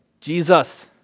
Jesus